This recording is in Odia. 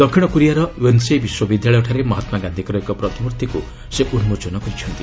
ଦକ୍ଷିଣ କୋରିଆର ୟୋନସେଇ ବିଶ୍ୱବିଦ୍ୟାଳୟଠାରେ ମହାତ୍ମା ଗାନ୍ଧିଙ୍କର ଏକ ପ୍ରତିମ୍ଭିକୁ ସେ ଉନ୍କୋଚନ କରିଛନ୍ତି